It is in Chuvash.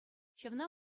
ҫавна